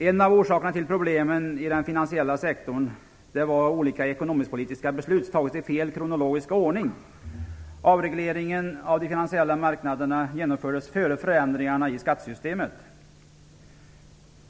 En av orsakerna till problemen i den finansiella sektorn var att olika ekonomisk-politiska beslut tagits i fel kronologisk ordning. Avregleringen av de finansiella marknaderna genomfördes före förändringarna i skattesystemet.